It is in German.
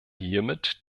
hiermit